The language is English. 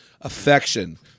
affection